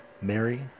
Mary